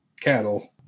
cattle